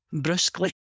brusquely